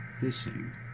hissing